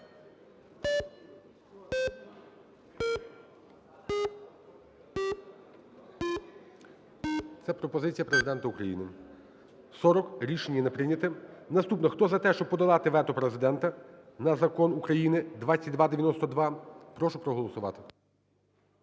Це пропозиція Президента України. 13:51:36 За-40 Рішення не прийнято. Наступне. Хто за те, щоб подолати вето Президента на Закон України 2292, прошу проголосувати.